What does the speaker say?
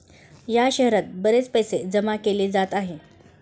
या शहरात बरेच पैसे जमा केले जात आहे